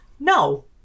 No